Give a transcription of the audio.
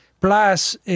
Plus